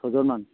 ছজনমান